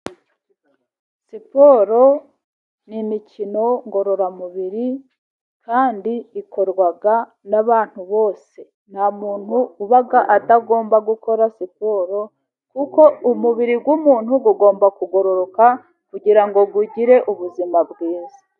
siporo ni imikino ngororamubiri kandi ikorwa n'abantu bose. Nta muntu uba atagomba gukora siporo, kuko umubiri w'umuntu agomba kugororoka kugira ngo ugire ubuzima bwiza.